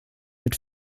mit